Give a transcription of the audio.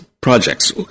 projects